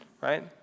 Right